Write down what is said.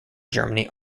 germany